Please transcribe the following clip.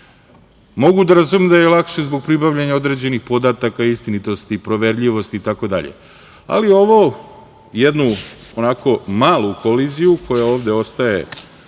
da razumem da je lakše zbog pribavljanja određenih podataka, istinitosti, proverljivosti itd, ali ovo jednu onako malu koliziju, koja ovde ostaje